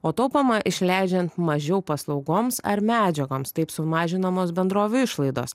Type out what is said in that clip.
o taupoma išleidžiant mažiau paslaugoms ar medžiagoms taip sumažinamos bendrovių išlaidos